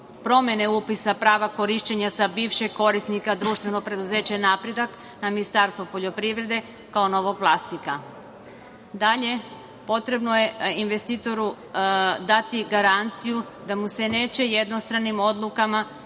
promene upisa prava korišćenja sa bivšeg korisnika društveno preduzeće "Napredak" na Ministarstvo poljoprivrede kao novog vlasnika. Dalje, potrebno je investitoru dati garanciju da mu se neće jednostranim odlukama